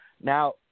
Now